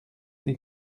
des